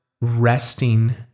resting